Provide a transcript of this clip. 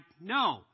No